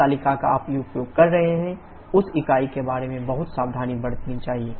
जिस तालिका का आप उपयोग कर रहे हैं उस इकाई के बारे में बहुत सावधानी बरती जानी चाहिए